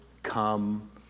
Come